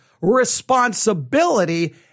responsibility